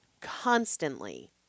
constantly